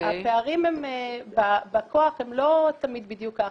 הפערים בכוח הם לא תמיד בדיוק ככה.